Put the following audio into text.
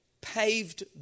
paved